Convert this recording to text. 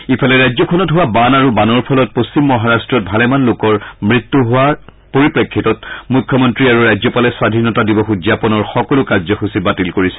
ইফালে ৰাজ্যখনত হোৱা বান আৰু বানৰ ফলত পশ্চিম মহাৰট্টত ভালেমান লোকৰ মৃত্যু হোৱাৰ পৰিপ্ৰেক্ষিতত মুখ্যমন্ত্ৰী আৰু ৰাজ্যপালে স্বাধীনতা দিৱস উদযাপনৰ সকলো কাৰ্যসূচী বাতিল কৰিছে